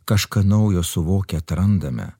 kažką naujo suvokę atrandame